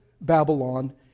Babylon